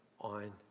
on